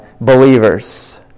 believers